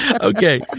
Okay